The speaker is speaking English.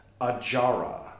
Ajara